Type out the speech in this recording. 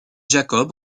jacob